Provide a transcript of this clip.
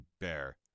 bear